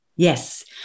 Yes